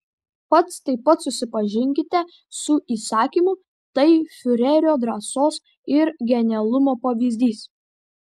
pats taip pat susipažinkite su įsakymu tai fiurerio drąsos ir genialumo pavyzdys